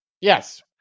Yes